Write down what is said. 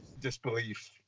disbelief